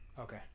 Okay